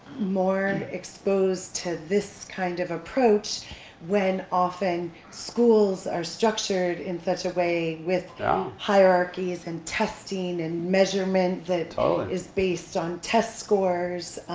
more exposed to this kind of approach when, often, schools are structured in such a way, with hierarchies, and testing, and measurement that ah ah is based on test scores,